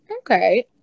Okay